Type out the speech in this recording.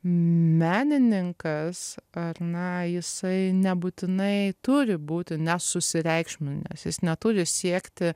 menininkas ar ne jisai nebūtinai turi būti nesusireikšminęs jis neturi siekti